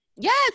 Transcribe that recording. yes